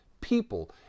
people